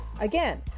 Again